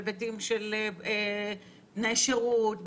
בהיבטים של תנאי שירות,